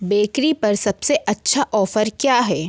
bakery पर सबसे अच्छा ऑफर क्या है